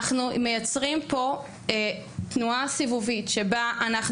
אנחנו מייצרים פה תנועה סיבובית שבה אנחנו